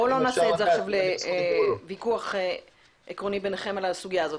בואו לא נעשה את זה עכשיו לוויכוח עקרוני ביניכם על הסוגיה הזאת.